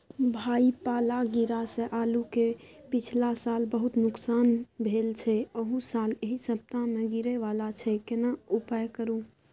भाई पाला गिरा से आलू के पिछला साल बहुत नुकसान भेल छल अहू साल एहि सप्ताह में गिरे वाला छैय केना उपाय करू?